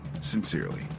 Sincerely